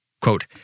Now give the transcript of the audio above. Quote